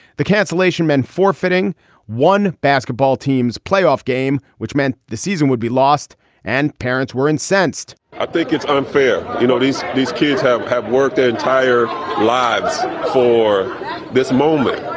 the cancellation meant forfeiting one basketball teams playoff game, which meant the season would be lost and parents were incensed i think it's unfair. you know, these these kids have have worked entire lives for this moment.